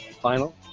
final